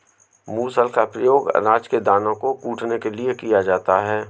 मूसल का प्रयोग अनाज के दानों को कूटने के लिए किया जाता है